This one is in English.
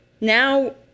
Now